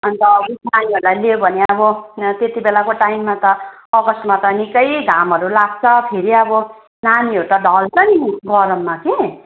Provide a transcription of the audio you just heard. अन्त विक नानीहरूलाई लियो भने अब त्यति बेलाको टाइममा त अगस्टमा त निक्कै घामहरू लाग्छ फेरी अब नानीहरू त ढल्छ नि गरममा कि